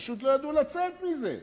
פשוט לא ידעו איך לצאת מזה.